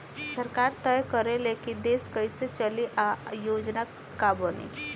सरकार तय करे ले की देश कइसे चली आ योजना का बनी